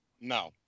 No